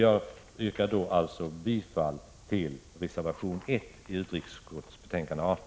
Jag yrkar därför bifall till reservation 1 i utrikesutskottets betänkande 18.